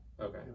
Okay